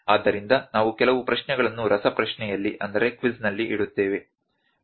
ಆದ್ದರಿಂದ ನಾವು ಕೆಲವು ಪ್ರಶ್ನೆಗಳನ್ನು ರಸಪ್ರಶ್ನೆಯಲ್ಲಿ ಇಡುತ್ತೇವೆ